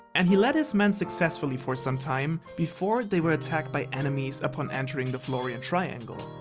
and he led his men successfully for some time, before they were attacked by enemies upon entering the florian triangle.